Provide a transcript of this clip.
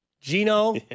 Gino